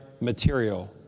material